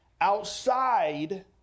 outside